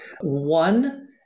One